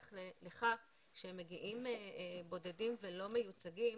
לכך שהם מגיעים בודדים ולא מיוצגים,